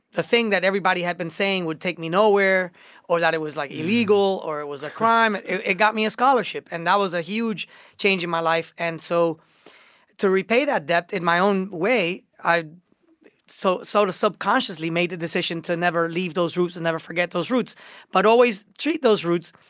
the thing that everybody had been saying would take me nowhere or that it was, like, illegal or it was a crime, it it got me a scholarship. and that was a huge change in my life. and so to repay that debt in my own way, i so so sort of subconsciously made the decision to never leave those roots and never forget those roots but always treat those roots,